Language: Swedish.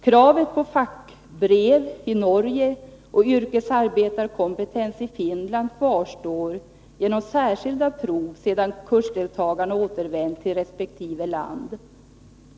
Kravet på fagbrev i Norge och yrkesarbetarkompetens i Finland kvarstår genom särskilda prov sedan kursdeltagarna återvänt till resp. land.